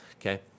okay